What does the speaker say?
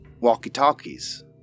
walkie-talkies